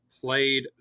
played